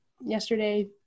yesterday